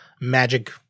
magic